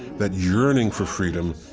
that yearning for freedom,